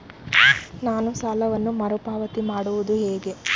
ನಾನು ಸಾಲವನ್ನು ಮರುಪಾವತಿ ಮಾಡುವುದು ಹೇಗೆ?